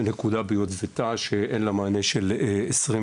מנקודה ביוטבתה שאין לה מענה של 24